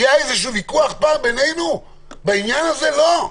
אני אומר ------ אלי,